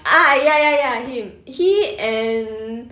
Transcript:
ah ya ya ya him he and